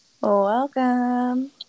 Welcome